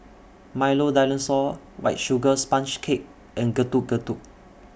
Milo Dinosaur White Sugar Sponge Cake and Getuk Getuk